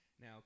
now